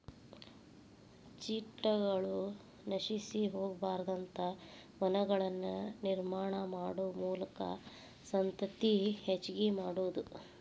ಚಿಟ್ಟಗಳು ನಶಿಸಿ ಹೊಗಬಾರದಂತ ವನಗಳನ್ನ ನಿರ್ಮಾಣಾ ಮಾಡು ಮೂಲಕಾ ಸಂತತಿ ಹೆಚಗಿ ಮಾಡುದು